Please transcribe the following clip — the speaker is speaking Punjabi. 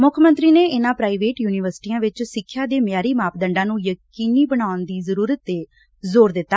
ਮੁੱਖ ਮੰਤਰੀ ਨੇ ਇਨਾਂ ਪ੍ਰਾਈਵੇਟ ਯੁਨੀਵਰਸਿਟੀਆਂ ਵਿੱਚ ਸਿੱਖਿਆ ਦੇ ਮਿਆਰੀ ਮਾਪੰਡਾਂ ਨੂੰ ਯਕੀਨੀ ਬਣਾਉਣ ਦੀ ਜ਼ਰੁਰਤ ਤੇ ਜ਼ੋਰ ਦਿੱਤਾ